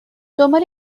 دنبال